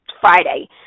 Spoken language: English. Friday